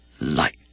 light